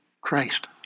Christ